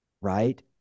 Right